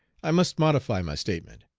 i must modify my statement.